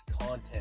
content